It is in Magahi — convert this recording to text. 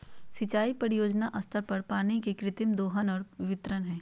सिंचाई परियोजना स्तर पर पानी के कृत्रिम दोहन और वितरण हइ